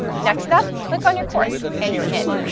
next up. click on your course, and you're in.